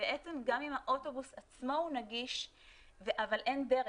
בעצם גם אם האוטובוס עצמו הוא נגיש אבל אין דרך,